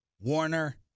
Warner